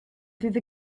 through